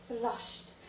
flushed